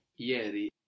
IERI